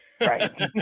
Right